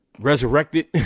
resurrected